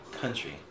Country